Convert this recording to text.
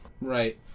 Right